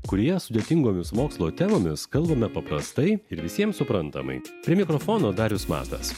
kurije sudėtingomis mokslo temomis kalbame paprastai ir visiems suprantamai prie mikrofono darius matas